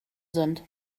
sind